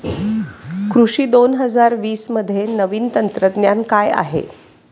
कृषी दोन हजार वीसमध्ये नवीन तंत्रज्ञान काय आहे?